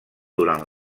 durant